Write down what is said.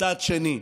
מצד שני,